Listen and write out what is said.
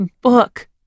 book